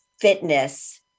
fitness